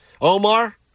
Omar